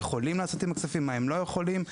יכולות לעשות עם הכספים ומה הן לא יכולות לעשות עם הכספים.